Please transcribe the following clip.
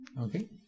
Okay